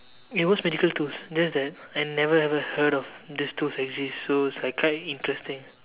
it was medical tools just that I never ever heard of these tools exist so it's like kind of interesting